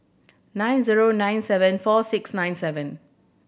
nine zero nine seven four six nine seven